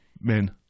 Men